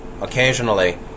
occasionally